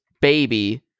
baby